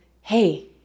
hey